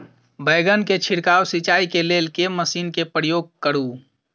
बैंगन केँ छिड़काव सिचाई केँ लेल केँ मशीन केँ प्रयोग करू?